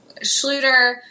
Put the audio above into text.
Schluter